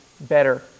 better